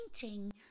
painting